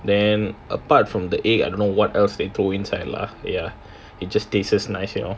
then apart from the egg I don't know what else they throw inside lah ya it just tastes nice you know